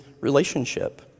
relationship